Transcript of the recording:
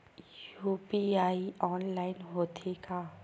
UPI online होथे का?